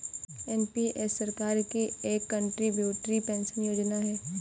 NPS सरकार की एक कंट्रीब्यूटरी पेंशन योजना है